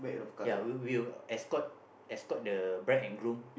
ya we'll we'll escort escort the bride and groom